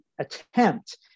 attempt